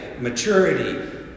Maturity